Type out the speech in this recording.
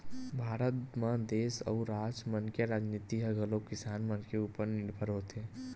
भारत म देस अउ राज मन के राजनीति ह घलोक किसान मन के उपर निरभर होथे